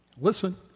listen